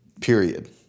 period